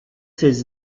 ces